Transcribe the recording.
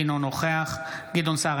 אינו נוכח גדעון סער,